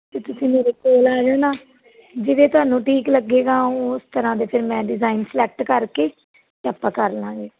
ਅਤੇ ਤੁਸੀਂ ਮੇਰੇ ਕੋਲ ਆ ਜਾਣਾ ਜਿਵੇਂ ਤੁਹਾਨੂੰ ਠੀਕ ਲੱਗੇਗਾ ਉਸ ਤਰ੍ਹਾਂ ਦੇ ਫਿਰ ਮੈਂ ਡਿਜ਼ਾਇਨ ਸਿਲੈਕਟ ਕਰਕੇ ਅਤੇ ਆਪਾਂ ਕਰ ਲਵਾਂਗੇ